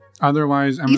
Otherwise